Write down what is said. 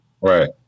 Right